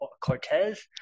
Cortez